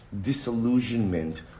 disillusionment